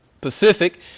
Pacific